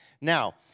Now